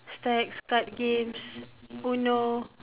stacks card games UNO